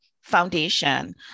foundation